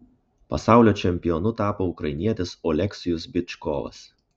pasaulio čempionu tapo ukrainietis oleksijus byčkovas